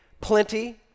plenty